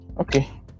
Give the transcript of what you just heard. Okay